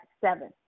seven